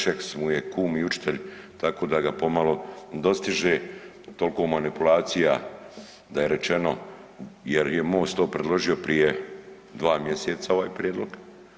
Šeks mu je kum i učitelj, tako da ga pomalo dostiže, toliko manipulacija da je rečeno jer je MOST to predložio prije dva mjeseca ovaj prijedlog.